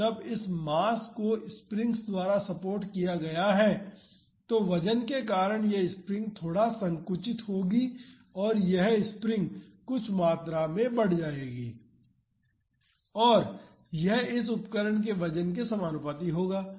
तो जब इस मास को स्प्रिंग्स द्वारा सपोर्ट किया गया है तो वजन के कारण यह स्प्रिंग थोड़ा संकुचित होगी और यह स्प्रिंग कुछ मात्रा में बढ़ जाएगी और यह इस उपकरण के वजन के समानुपाती होगा